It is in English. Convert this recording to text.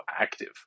active